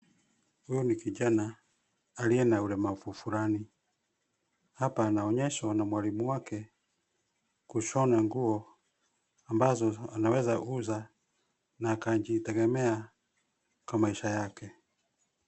Huyu ni kijana aliye na ulemavu fulani, hapa anaonyeshwa na mwalimu wake kushona nguo ambazo anaweza uza na akajitegemea kwa maisha yake.